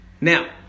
now